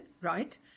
right